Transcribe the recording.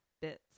bits